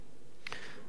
ועוד מענישים,